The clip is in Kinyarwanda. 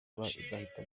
bagahita